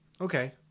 Okay